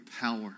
power